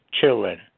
children